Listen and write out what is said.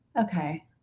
Okay